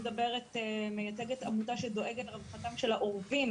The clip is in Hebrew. אני מייצגת עמותה שדואגת לרווחתם של העורבים.